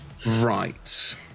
Right